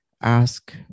ask